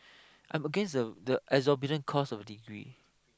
I'm against the the exorbitant cost of degree